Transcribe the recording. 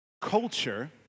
Culture